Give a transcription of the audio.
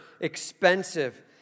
expensive